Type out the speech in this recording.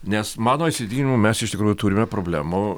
nes mano įsitikinimu mes iš tikrųjų turime problemų